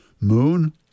moon